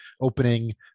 opening